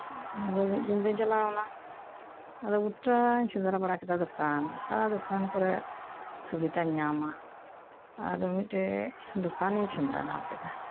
ᱟᱫᱚ ᱢᱤᱫ ᱫᱤᱱ ᱫᱚᱧ ᱪᱟᱞᱟᱣᱮᱱᱟ ᱟᱫᱚ ᱜᱚᱴᱟᱧ ᱥᱮᱸᱫᱽᱨᱟᱵᱟᱲᱟ ᱠᱮᱫᱟ ᱫᱚᱠᱟᱱ ᱚᱠᱟᱫᱚᱠᱟᱱ ᱠᱚᱨᱮ ᱥᱩᱵᱷᱤᱛᱟᱧ ᱧᱟᱢᱟ ᱟᱫᱚ ᱢᱤᱫᱴᱮᱡ ᱫᱚᱠᱟᱱᱤᱧ ᱥᱮᱸᱫᱽᱨᱟ ᱧᱟᱢ ᱠᱮᱫᱟ